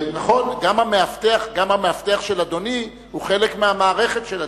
גם המאבטח של אדוני הוא חלק מהמערכת של אדוני.